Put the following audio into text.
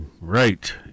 right